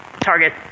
target